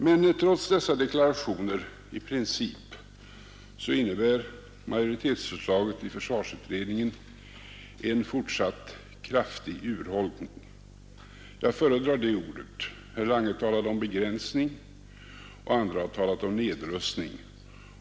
Men trots dessa deklarationer i princip innebär majoritetsförslaget i försvarsutredningen en fortsatt kraftig urholkning. Jag föredrar det ordet. Herr Lange talade om begränsning, och andra har talat om nedrustning.